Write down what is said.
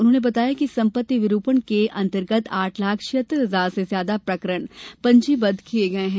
उन्होंने बताया कि संपत्ति विरूपण के अतंर्गत आठ लाख छियोत्तर हजार से ज्यादा प्रकरण पंजीबद्ध किये गये हैं